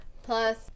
Plus